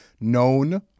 known